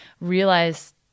realize